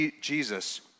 Jesus